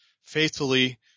faithfully